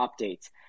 updates